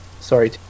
Sorry